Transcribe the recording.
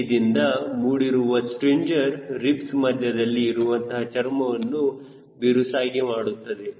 Alclad ದಿಂದ ಮಾಡಿರುವ stringer ರಿಬ್ಸ್ಮಧ್ಯದಲ್ಲಿ ಇರುವಂತಹ ಚರ್ಮವನ್ನು ಬಿರುಸಾಗಿ ಮಾಡುತ್ತದೆ